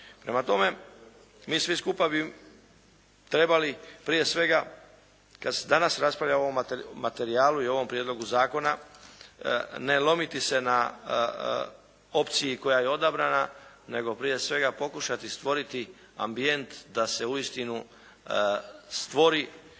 Prema tome, mi svi skupa bi trebali prije svega kad se danas raspravlja o ovom materijalu i ovom prijedlogu zakona ne lomiti se na opciji koja je odabrana, nego prije svega pokušati stvoriti ambijent da se uistinu stvori